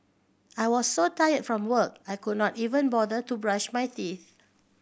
I was so tired from work I could not even bother to brush my teeth